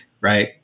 right